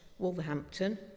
Wolverhampton